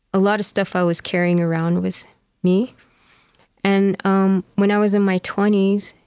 a lot of stuff i was carrying around with me and um when i was in my twenty s,